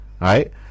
right